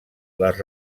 les